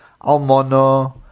Almono